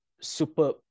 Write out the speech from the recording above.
super